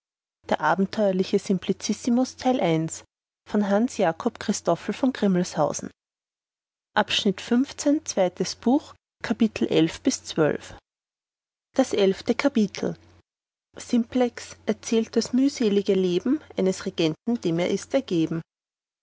zu erkennen das elfte kapitel simplex erzählt das mühselige leben eines regenten dem er ist ergeben